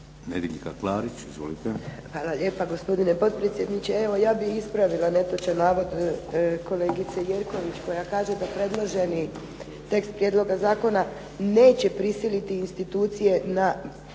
Nedjeljka (HDZ)** Hvala lijepo gospodine potpredsjedniče. Evo ja bih ispravila netočan navod kolegice Jerković koja kaže da predloženi tekst prijedloga zakona neće prisiliti institucije na